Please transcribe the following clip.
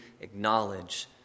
acknowledge